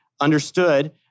understood